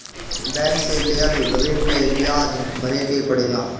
bank से लेहल ऋण पे बियाज भरे के पड़ेला